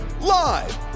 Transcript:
live